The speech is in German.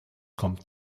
kommt